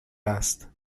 است